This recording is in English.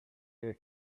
air